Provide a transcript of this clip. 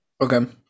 Okay